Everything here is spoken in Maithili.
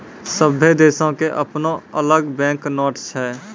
सभ्भे देशो के अपनो अलग बैंक नोट छै